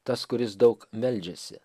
tas kuris daug meldžiasi